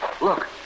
look